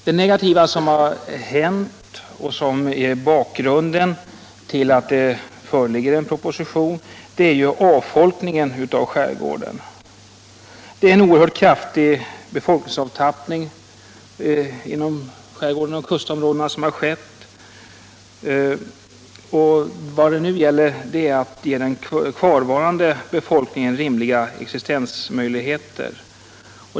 Det negativa som har hänt och som är bakgrunden till att det föreligger en proposition är avfolkningen av skärgården. Det är en oerhört kraftig befolkningsavtappning som skett inom skärgården och kustområdena, och vad det nu gäller är att ge den kvarvarande befolkningen rimliga existensmöjligheter.